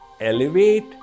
elevate